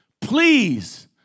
Please